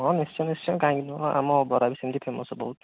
ହଁ ନିଶ୍ଚୟ ନିଶ୍ଚୟ କାହିଁକି ନୁହଁ ଆମ ବରା ବି ସେମିତି ଫେମସ୍ ବହୁତ